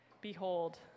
Behold